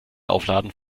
aufladen